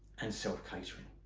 and self-catering.